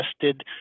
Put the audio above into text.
tested